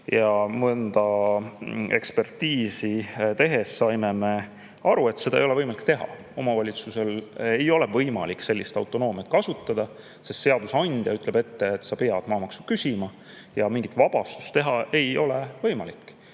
Aga ekspertiisi tehes me saime aru, et seda ei ole võimalik teha. Omavalitsusel ei ole võimalik sellist autonoomiat kasutada, sest seadusandja ütleb ette, et sa pead maamaksu küsima. Mingit vabastust teha ei ole võimalik.